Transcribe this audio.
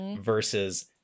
versus